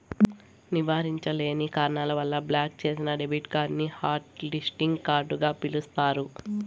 నివారించలేని కారణాల వల్ల బ్లాక్ చేసిన డెబిట్ కార్డుని హాట్ లిస్టింగ్ కార్డుగ పిలుస్తారు